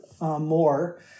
more